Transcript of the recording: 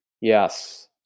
Yes